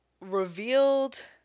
revealed